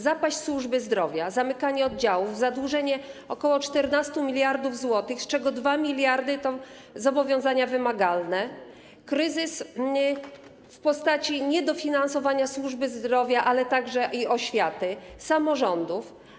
Zapaść służby zdrowia, zamykanie oddziałów, zadłużenie ok. 14 mld zł, z czego 2 mld to zobowiązania wymagalne, kryzys w postaci niedofinansowania służby zdrowia, ale także oświaty i samorządów.